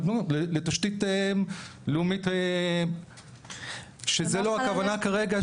לתשתית לאומית שזה לא הכוונה כרגע,